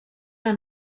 que